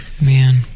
Man